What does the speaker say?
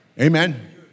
Amen